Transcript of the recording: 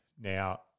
Now